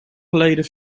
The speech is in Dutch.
geleden